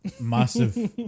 massive